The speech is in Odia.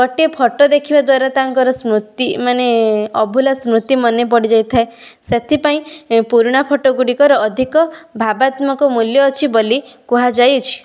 ଗୋଟିଏ ଫଟୋ ଦେଖିବା ଦ୍ବାରା ତାଙ୍କର ସ୍ମୃତି ମାନେ ଅଭୂଲା ସ୍ମୃତି ମନେ ପଡ଼ିଯାଇଥାଏ ସେଥିପାଇଁ ପୁରୁଣା ଫଟୋ ଗୁଡ଼ିକର ଅଧିକ ଭାବାତ୍ମକ ମୂଲ୍ୟ ଅଛି ବୋଲି କୁହାଯାଇଛି